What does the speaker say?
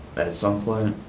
some plan.